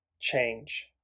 Change